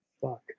Fuck